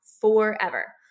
forever